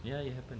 yeah it happened